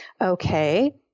Okay